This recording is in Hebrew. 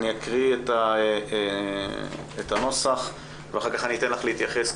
אני אקריא את הנוסח ואחר כך אני אתן לך להתייחס.